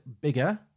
bigger